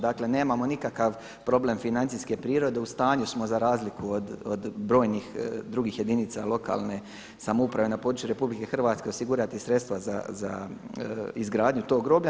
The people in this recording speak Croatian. Dakle nemamo nikakav problem financijske prirode, u stanju smo za razliku od brojnih drugih jedinica lokalne samouprave na području RH osigurati sredstva za izgradnju tog groblja.